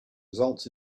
results